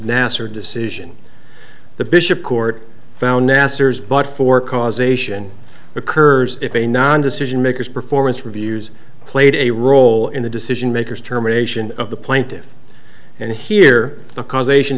nassar decision the bishop court found nasser's but for causation occurs if a non decision makers performance reviews played a role in the decision makers terminations of the plaintiffs and here the causation